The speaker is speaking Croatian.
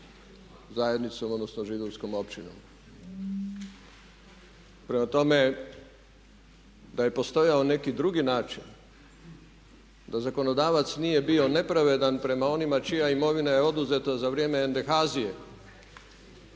zajednicom odnosno židovskom općinom. Prema tome, da je postojao neki drugi način da zakonodavac nije bio nepravedan prema onima čija imovina je oduzeta za vrijeme NDH-azije